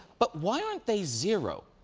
but why aren't they zero?